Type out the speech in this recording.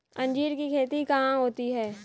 अंजीर की खेती कहाँ होती है?